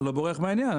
אני לא בורח מהעניין.